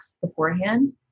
beforehand